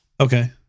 Okay